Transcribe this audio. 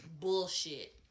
bullshit